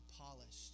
polished